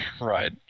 Right